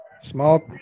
Small